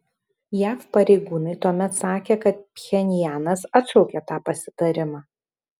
jav pareigūnai tuomet sakė kad pchenjanas atšaukė tą pasitarimą